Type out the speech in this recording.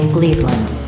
Cleveland